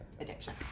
addiction